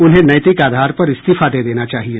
उन्हें नैतिक आधार पर इस्तीफा दे देना चाहिए